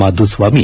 Madhuswamy